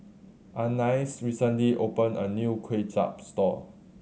Anais recently opened a new Kway Chap store